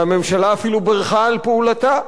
והממשלה אפילו בירכה על פעולתה.